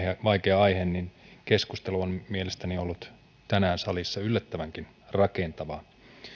vaikea aihe niin keskustelu on mielestäni ollut tänään salissa yllättävänkin rakentavaa